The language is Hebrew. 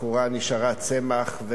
הבחורה נשארה צמח.